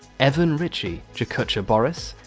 evan richy, yacucha boris,